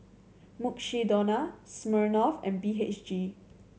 Mukshidonna Smirnoff and B H G